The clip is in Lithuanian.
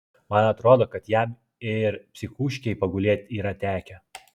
man atrodo kad jam ir psichūškėj pagulėt yra tekę